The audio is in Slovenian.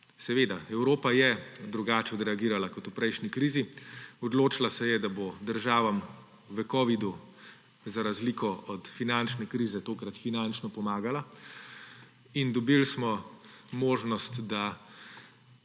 obračale. Evropa je drugače odreagirala kot v prejšnji krizi. Odločila se je, da bo državam v covidu, za razliko od finančne krize, tokrat finančno pomagala in dobili smo možnost, da